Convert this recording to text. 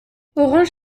orange